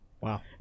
Wow